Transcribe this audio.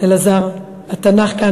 אלעזר, התנ"ך כאן.